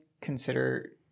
consider